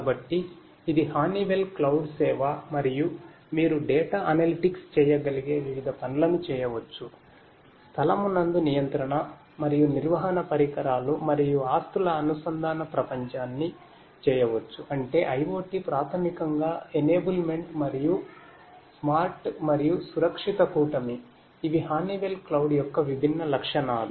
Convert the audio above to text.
కాబట్టి ఇది ఈ హనీవెల్ యొక్క విభిన్న లక్షణాలు